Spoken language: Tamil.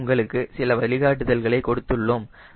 நாம் உங்களுக்கு சில வழிகாட்டுதல்களை கொடுத்துள்ளோம்